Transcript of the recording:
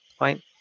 right